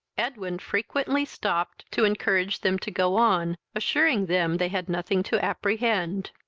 edwin frequently stopped to encourage them to go on, assuring them they had nothing to apprehend.